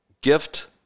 gift